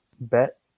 bet